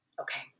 okay